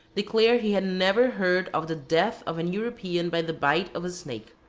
declared he had never heard of the death of an european by the bite of a snake.